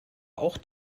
auch